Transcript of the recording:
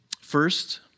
First